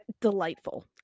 delightful